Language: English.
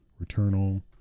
Returnal